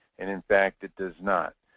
and in fact, it does not.